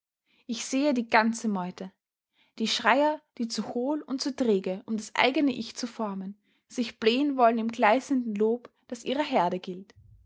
ich sehe die ganze meute die schreier die zu hohl und zu träge um das eigene ich zu formen sich blähen wollen im gleißenden lob das ihrer herde gilt